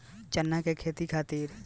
चना के खेती खातिर भूमी चुनाव कईसे करी?